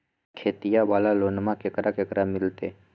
खेतिया वाला लोनमा केकरा केकरा मिलते?